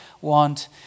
want